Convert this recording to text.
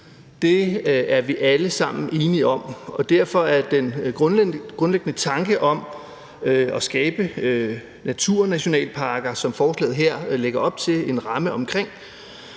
Det er vi alle sammen enige om, og derfor er den grundlæggende tanke om at skabe naturnationalparker, som forslaget her lægger op til en ramme omkring